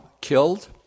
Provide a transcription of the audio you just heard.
killed